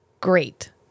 Great